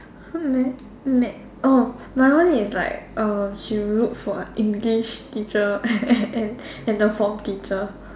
uh math math oh my one is like err she look for English teacher and and the form teacher